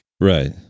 Right